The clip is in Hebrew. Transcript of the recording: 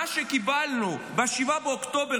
מה שקיבלנו ב-7 באוקטובר,